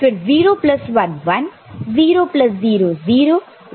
फिर 01 1 00 0 01 1 और यह 1 है